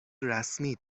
رسمی